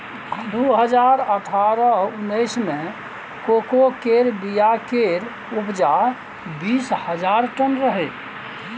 दु हजार अठारह उन्नैस मे कोको केर बीया केर उपजा बीस हजार टन रहइ